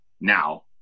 now